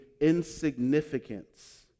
insignificance